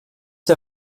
der